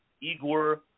Igor